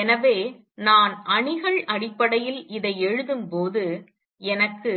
எனவே நான் அணிகள் அடிப்படையில் இதை எழுதும் போது எனக்கு